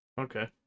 Okay